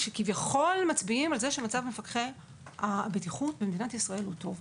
שכביכול מצביעים על כך שתיקנון מפקחי הבטיחות במדינת ישראל הוא טוב.